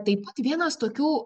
taip vienas tokių